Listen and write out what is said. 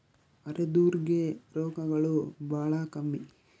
ಅರೆದೋರ್ ಗೆ ರೋಗಗಳು ಬಾಳ ಕಮ್ಮಿ